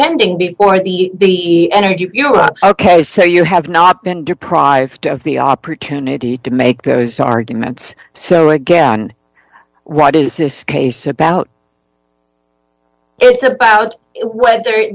pending before the end you know ok so you have not been deprived of the opportunity to make those arguments so again what is this case about it's about whether